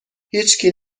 هیشکی